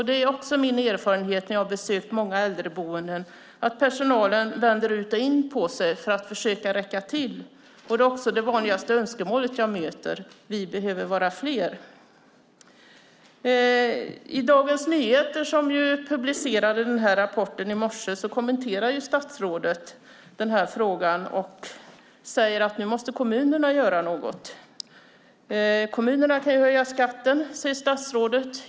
Det är också min erfarenhet, när jag har besökt många äldreboenden, att personalen vänder ut och in på sig för att försöka räcka till. Det vanligaste önskemålet jag möter är också: Vi behöver vara fler. I Dagens Nyheter, som ju publicerade den här rapporten i morse, kommenterar statsrådet den här frågan och säger att kommunerna måste göra något nu. Kommunerna kan höja skatten, säger statsrådet.